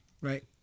right